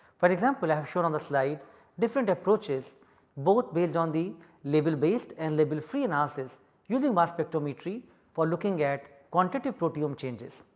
for example, i have shown on the slide different approaches both based on the label based and label free analysis using mass spectrometry for looking at quantitative proteome changes.